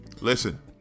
Listen